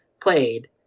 played